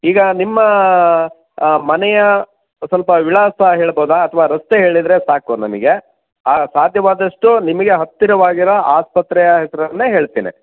ಈಗ ನಿಮ್ಮ ಮನೆಯ ಸ್ವಲ್ಪ ವಿಳಾಸ ಹೇಳ್ಬೋದಾ ಅಥವಾ ರಸ್ತೆ ಹೇಳಿದರೆ ಸಾಕು ನನಗೆ ಆ ಸಾಧ್ಯವಾದಷ್ಟು ನಿಮಗೆ ಹತ್ತಿರವಾಗಿರೋ ಆಸ್ಪತ್ರೆಯ ಹೆಸರನ್ನೇ ಹೇಳ್ತೇನೆ